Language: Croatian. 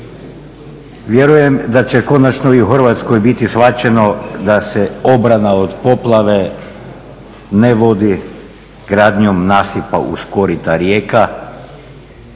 Vjerujem da će konačno i u Hrvatskoj biti shvaćeno da se obrana od poplave ne vodi gradnjom nasipa uz korita rijeka,